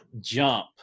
jump